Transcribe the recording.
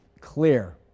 Clear